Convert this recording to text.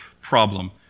problem